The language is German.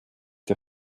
der